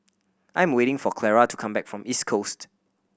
I am waiting for Clara to come back from East Coast